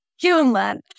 human